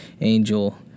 angel